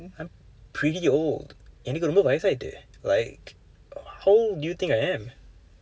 I'm pretty old எனக்கு ரொம்ப வயதாகிவிட்டது:enakku rompa vayathaakivitdathu like how old do you think I am